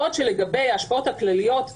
בעוד שלגבי ההשפעות הכלכליות,